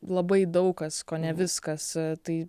labai daug kas kone viskas tai